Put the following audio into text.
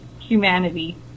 humanity